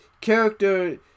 character